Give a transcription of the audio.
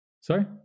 Sorry